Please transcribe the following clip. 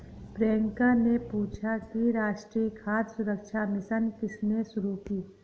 प्रियंका ने पूछा कि राष्ट्रीय खाद्य सुरक्षा मिशन किसने शुरू की?